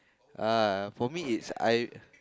uh for me it's I